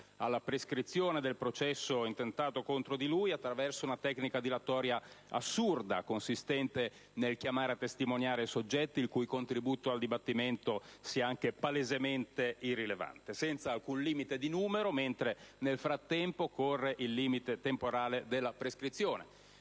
alla prescrizione del processo intentato contro di lui attraverso una tecnica dilatoria assurda, consistente nel chiamare a testimoniare soggetti il cui contributo al dibattimento sia anche palesemente irrilevante senza alcun limite di numero mentre, nel frattempo, corre il limite temporale della prescrizione,